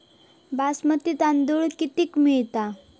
बासमती तांदूळ कितीक मिळता?